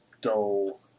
dull